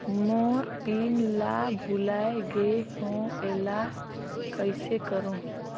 मोर pin ला भुला गे हो एला कइसे करो?